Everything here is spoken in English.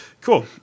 Cool